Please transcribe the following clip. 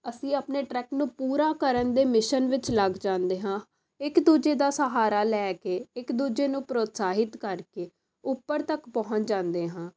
ਅਸੀਂ ਆਪਣੇ ਟਰੈਕ ਨੂੰ ਪੂਰਾ ਕਰਨ ਦੇ ਮਿਸ਼ਨ ਵਿੱਚ ਲੱਗ ਜਾਂਦੇ ਹਾਂ ਇੱਕ ਦੂਜੇ ਦਾ ਸਹਾਰਾ ਲੈ ਕੇ ਇੱਕ ਦੂਜੇ ਨੂੰ ਪ੍ਰੋਸਾਹਿਤ ਕਰਕੇ ਉੱਪਰ ਤੱਕ ਪਹੁੰਚ ਜਾਂਦੇ ਹਾਂ